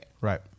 Right